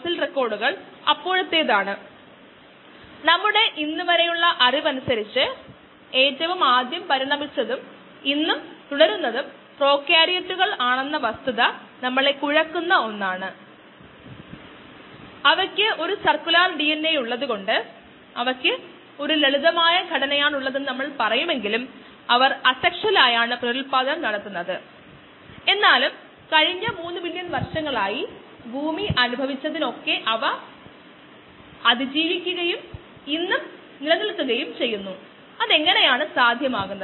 If S≫KS then mSKSSmSSm മുമ്പത്തെ അതേ case തന്നെയാണ് ഒരേയൊരു കാര്യം dx dt mu x ന് തുല്യമാണെന്ന് പറയുന്നതിനുപകരം നമുക്ക് നേരിട്ട് dx dt mu mx ന് തുല്യമാണെന്ന് പറയാൻ കഴിയും നമ്മുടെ മുമ്പത്തെ വിശകലനത്തിൽ ഇതിനെ പറ്റി പറഞ്ഞു ഇത് mu m times x ആണെന്ന് ആത്മവിശ്വാസത്തോടെ പറയാം ഇത് പരമാവധി നിർദ്ദിഷ്ട വളർച്ചാ നിരക്കാണ്